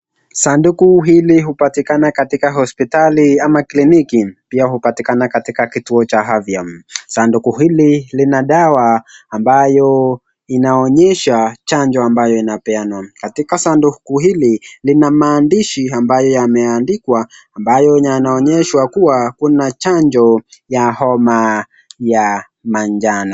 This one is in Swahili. Sanduku hili upatikana katika hospitali ama kliniki, pia upatikana katika kituo cha afya. Sanduku hili lina dawa ambayo inaonyesha chanjo ambayo inapeanwa. Katika sanduku hili lina maandishi ambayo yameandikwa ambayo yanaonyeshwa kuwa kuna chanjo ya homa ya manjano.